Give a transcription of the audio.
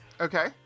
Okay